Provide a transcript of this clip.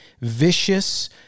vicious